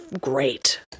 great